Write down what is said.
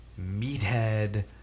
meathead